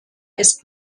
ist